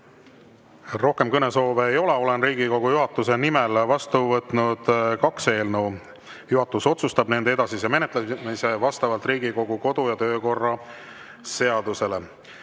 Rohkem kõnesoove ei ole. Olen Riigikogu juhatuse nimel vastu võtnud kaks eelnõu. Juhatus otsustab nende edasise menetlemise vastavalt Riigikogu kodu- ja töökorra seadusele.